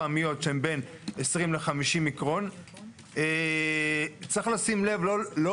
דיווחים כאלה ואחרים או אם לא גבה - עיצומים כספיים.